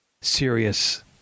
serious